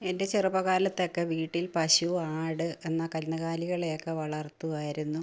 എൻ്റെ ചെറുപ്പക്കാലത്തൊക്കെ വീട്ടിൽ പശു ആട് എന്ന കന്നുകാലികളെ ഒക്കെ വളർത്തുമായിരുന്നു